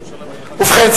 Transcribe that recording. ובכן,